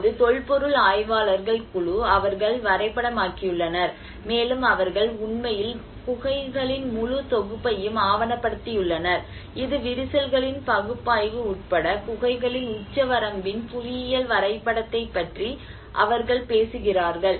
இப்போது தொல்பொருள் ஆய்வாளர்கள் குழு அவர்கள் வரைபடமாக்கியுள்ளனர் மேலும் அவர்கள் உண்மையில் குகைகளின் முழு தொகுப்பையும் ஆவணப்படுத்தியுள்ளனர் இது விரிசல்களின் பகுப்பாய்வு உட்பட குகைகளின் உச்சவரம்பின் புவியியல் வரைபடத்தைப் பற்றி அவர்கள் பேசுகிறார்கள்